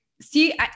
see